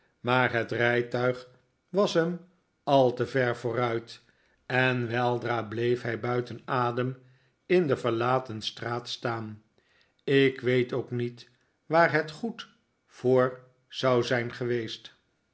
maar het rijtuig was hem al te ver vooruit en weldra bleef hij buiten adem in de verlaten straat staan ik weet ook niet waar het goed voor zou zijn geweest